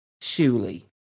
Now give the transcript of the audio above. Surely